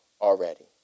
already